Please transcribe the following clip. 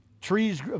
Trees